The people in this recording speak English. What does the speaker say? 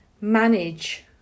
manage